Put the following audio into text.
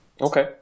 Okay